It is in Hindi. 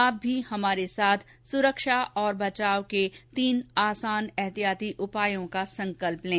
आप भी हमारे साथ सुरक्षा और बचाव के तीन आसान एहतियाती उपायों का संकल्प लें